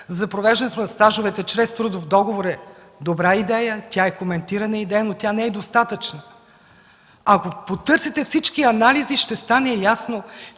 за провеждането на стажовете чрез трудов договор е добра идея, тя е коментирана, но не е достатъчна. Ако потърсите всички анализи, ще стане ясно,